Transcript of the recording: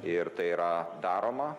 ir tai yra daroma